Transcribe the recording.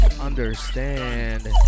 understand